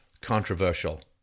controversial